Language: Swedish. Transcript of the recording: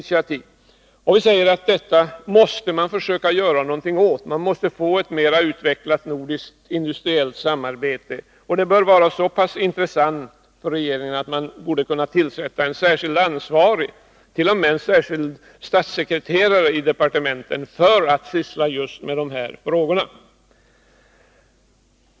Vi anser att man måste försöka göra någonting åt detta för att få ett mer utvecklat nordiskt industriellt samarbete. Detta bör vara så pass intressant för regeringen att man borde kunna tillsätta en särskild ansvarig, t.o.m. en särskild statssekreterare i departementet som skulle arbeta med just dessa frågor.